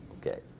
Okay